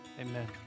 Amen